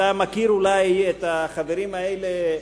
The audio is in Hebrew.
אתה מכיר אולי את החברים האלה,